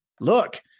look